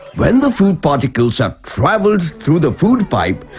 when the food particles, ah travelled through the food pipe.